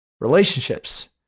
Relationships